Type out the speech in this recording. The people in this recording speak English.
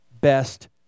best